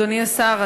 אדוני השר,